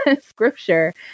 scripture